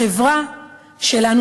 החברה שלנו,